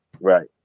Right